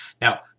Now